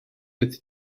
ydy